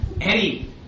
Eddie